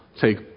take